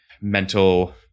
mental